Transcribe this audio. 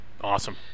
Awesome